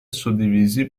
suddivisi